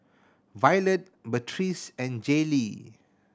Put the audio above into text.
Violet Beatrice and Jaylee